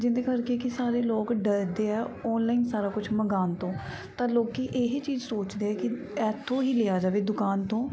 ਜਿਹਦੇ ਕਰਕੇ ਕਿ ਸਾਰੇ ਲੋਕ ਡਰਦੇ ਆ ਔਨਲਾਈਨ ਸਾਰਾ ਕੁਛ ਮੰਗਵਾਉਣ ਤੋਂ ਤਾਂ ਲੋਕ ਇਹ ਹੀ ਚੀਜ਼ ਸੋਚਦੇ ਕਿ ਇੱਥੋਂ ਹੀ ਲਿਆ ਜਾਵੇ ਦੁਕਾਨ ਤੋਂ